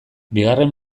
bigarren